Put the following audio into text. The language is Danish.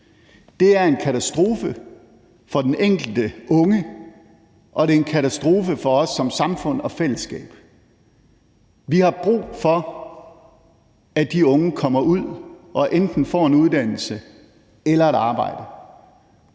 Det er en katastrofe for den enkelte unge, og det er en katastrofe for os som samfund og fællesskab. Vi har brug for, at de unge kommer ud og enten får en uddannelse eller et arbejde.